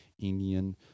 Indian